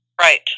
Right